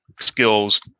skills